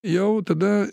jau tada